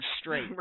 straight